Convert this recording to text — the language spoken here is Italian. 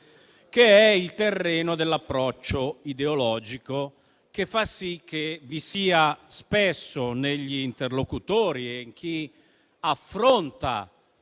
che è quello dell'approccio ideologico, che fa sì che spesso negli interlocutori e in chi affronta